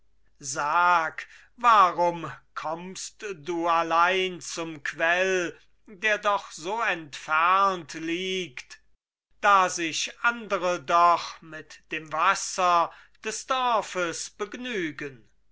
sag warum kommst du allein zum quell der doch so entfernt liegt da sich andere doch mit dem wasser des dorfes begnügen